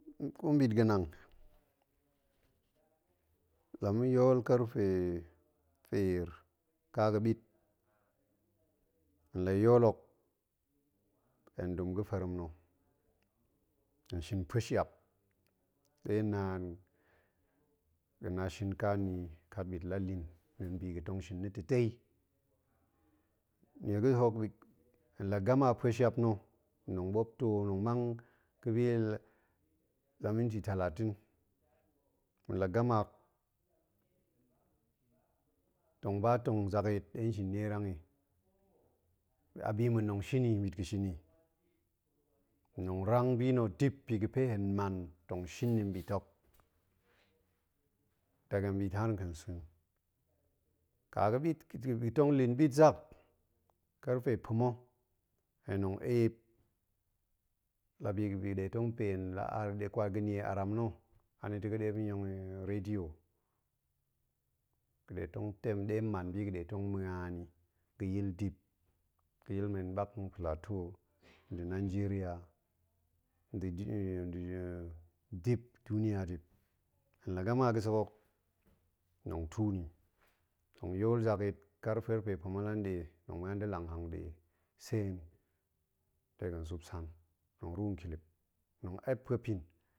Ko nɓit ga̱nang, la ma̱ yool karfe feer ƙa ga̱ ɓit, hen la yool hok, hen dum ga̱ ferem na̱, hen shin pueshap ɗe naan ga̱ na shinka ni i kat ɓit la lin ndin bi ga̱ tong shin na̱ ta̱tei, nie ga̱ hok hen la gama pueshap na̱, tong ɓuop to, tong mang ga̱bi la minti talatin, la gama, tong ba tong zakyit ɗe nshin nierang i, abi ma̱ tong shini nɓit ga̱ shini, ntong rang bi na̱, dip bi ga̱ fe hen man tong shin ni nɓit hok, daga nɓit har nkansa̱a̱n. ƙa ga̱ ɓit, ga̱ tong lin ɓit zak, karfe pa̱ma̱ hen tong eep la bi aram na̱, anita̱ ga̱ ɗe ga̱ yong ni radio ga̱ ɗe tong tem ɗe hen man bi ga̱ tong na̱an ni ga̱ yil dip, ga̱ yil men ɓak nplato, nda̱ nigeria, nda̱ dip, duniya dip. hen la gaman ga̱sek hok, tong tuu ni, tong yool zak yit kar-kafe pa̱ma̱ la nɗe, tong ma̱an da̱ lang ha̱nga̱ɗe sen, de ga̱n sup san, tong ruu nkilip, tong ep puepin.